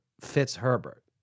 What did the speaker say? Fitzherbert